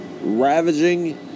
ravaging